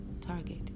target